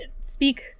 speak